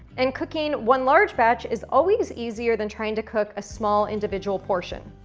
and cooking one large batch is always easier than trying to cook a small, individual portion.